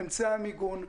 אמצעי המיגון,